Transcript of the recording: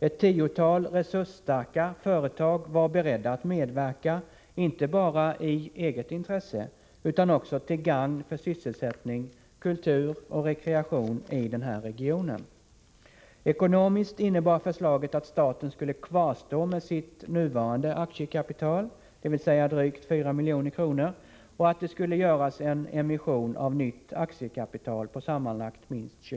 den Ett tiotal resursstarka företag var beredda att medverka, inte bara i eget 13 december 1984 intresse utan också till gagn för sysselsättning, kultur och rekreation i den här regionen. Ekonomiskt innebar förslaget att staten skulle kvarstå med sitt De regionala utnuvarande aktiekapital; JR drygt 4 milj.kr., oc att S dant göras en vecklingsfondernas emission av nytt Aktiekapital på sammanlagt minst pad milj: kr.